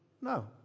No